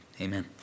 Amen